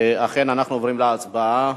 אכן אנחנו עוברים להצבעה.